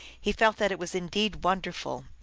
he felt that it was indeed wonderful.